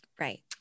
Right